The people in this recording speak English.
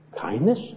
kindness